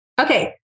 Okay